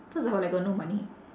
first of all I got no money